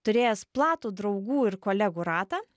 turėjęs platų draugų ir kolegų ratą